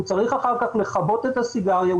הוא צריך אחר כך לכבות את הסיגריה,